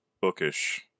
bookish